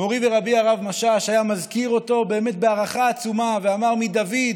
מורי ורבי הרב משאש היה מזכיר אותו באמת בהערכה עצומה ואמר: מדוד,